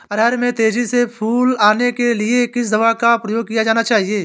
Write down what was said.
अरहर में तेजी से फूल आने के लिए किस दवा का प्रयोग किया जाना चाहिए?